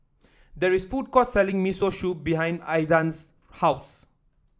there is a food court selling Miso Soup behind Aydan's house